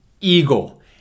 eagle